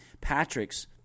Patrick's